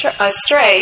astray